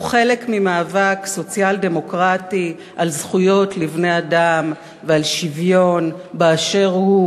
הוא חלק ממאבק סוציאל-דמוקרטי על זכויות לבני-אדם ועל שוויון באשר הוא.